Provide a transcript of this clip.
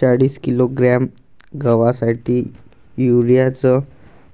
चाळीस किलोग्रॅम गवासाठी यूरिया च